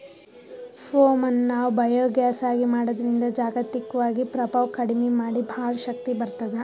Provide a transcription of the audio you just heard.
ಪೋಮ್ ಅನ್ನ್ ನಾವ್ ಬಯೋಗ್ಯಾಸ್ ಆಗಿ ಮಾಡದ್ರಿನ್ದ್ ಜಾಗತಿಕ್ವಾಗಿ ಪ್ರಭಾವ್ ಕಡಿಮಿ ಮಾಡಿ ಭಾಳ್ ಶಕ್ತಿ ಬರ್ತ್ತದ